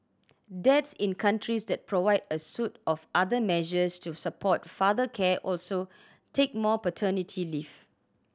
dads in countries that provide a suite of other measures to support father care also take more paternity leave